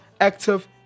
active